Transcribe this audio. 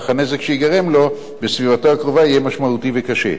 אך הנזק שייגרם לו בסביבתו הקרובה יהיה משמעותי וקשה.